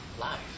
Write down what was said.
life